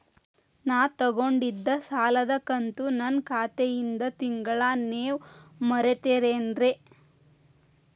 ನಾ ತೊಗೊಂಡಿದ್ದ ಸಾಲದ ಕಂತು ನನ್ನ ಖಾತೆಯಿಂದ ತಿಂಗಳಾ ನೇವ್ ಮುರೇತೇರೇನ್ರೇ?